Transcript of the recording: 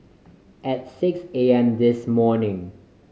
at six A M this morning